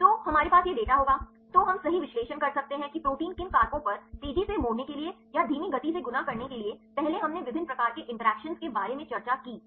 तो हमारे पास यह डेटा होगा तो हम सही विश्लेषण कर सकते हैं कि प्रोटीन किन कारकों पर तेजी से मोड़ने के लिए या धीमी गति से गुना करने के लिए पहले हमने विभिन्न प्रकार के इंटरैक्शन के बारे में चर्चा की